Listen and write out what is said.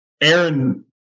Aaron –